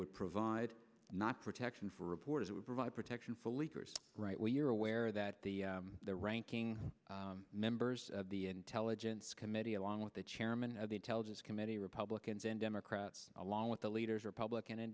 would provide not protection for reporters it would provide protection for leakers right we're aware that the ranking members of the intelligence committee along with the chairman of the intelligence committee republicans and democrats along with the leaders republican and